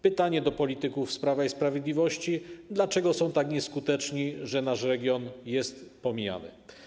Pytanie do polityków z Prawa i Sprawiedliwości, dlaczego są tak nieskuteczni, że nasz region jest pomijany.